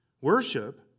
Worship